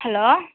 hello